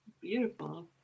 beautiful